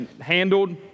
handled